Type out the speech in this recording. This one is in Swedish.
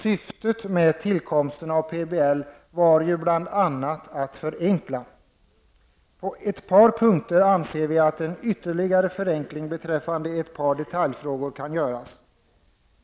Syftet med tillkomsten av PBL var bl.a. att förenkla. Vi anser att en ytterligare förenkling beträffande ett par detaljfrågor kan göras.